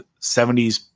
70s